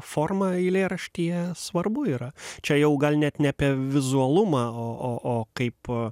forma eilėraštyje svarbu yra čia jau gal net ne apie vizualumą o o o kaip